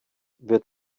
wird